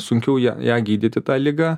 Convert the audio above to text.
sunkiau ją ją gydyti tą ligą